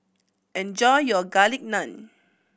enjoy your Garlic Naan